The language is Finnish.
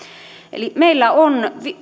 eli meillä on